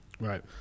Right